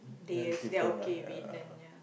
then it's different lah ya